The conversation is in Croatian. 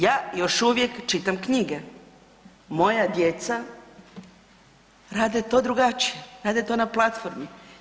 Ja još uvijek čitam knjige, moja djeca rade to drugačije, rade to na platformi.